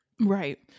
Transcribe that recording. Right